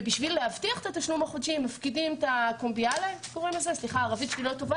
כדי להבטיח את התשלום החודשי הם מפקידים את ה"קומביילה" שטר חוב.